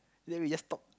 then we just talk